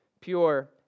pure